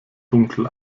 dunkel